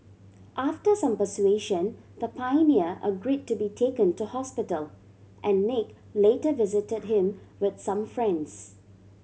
after some persuasion the pioneer agree to be taken to hospital and Nick later visited him with some friends